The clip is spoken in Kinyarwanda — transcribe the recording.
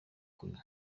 kunywa